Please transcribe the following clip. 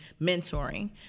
mentoring